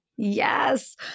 Yes